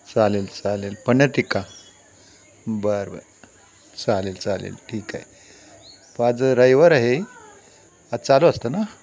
चालेल चालेल पनीर टिक्का बरं बरं चालेल चालेल ठीक आहे पाच ड्रायवर आहे आज चालू असतं ना